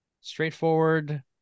straightforward